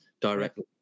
directly